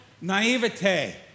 naivete